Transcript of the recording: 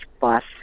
bus